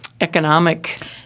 economic